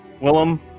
Willem